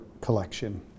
collection